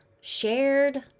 shared